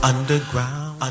Underground